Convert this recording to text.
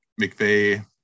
McVeigh